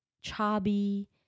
chubby